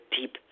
deep